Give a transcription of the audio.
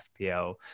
FPL